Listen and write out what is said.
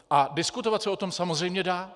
A diskutovat se o tom samozřejmě dá.